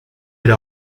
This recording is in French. elle